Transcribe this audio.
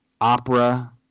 Opera